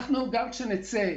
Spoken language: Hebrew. גם כשנצא,